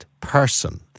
person